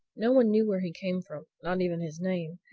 no one knew where he came from not even his name,